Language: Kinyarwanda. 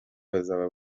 bazaba